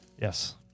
Yes